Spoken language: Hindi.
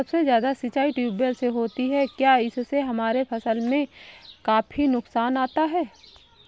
सबसे ज्यादा सिंचाई ट्यूबवेल से होती है क्या इससे हमारे फसल में काफी नुकसान आता है?